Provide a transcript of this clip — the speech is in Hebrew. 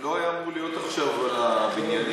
לא היה אמור להיות עכשיו נושא הבניינים?